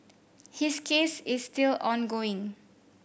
his case is still ongoing